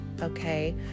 okay